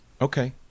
Okay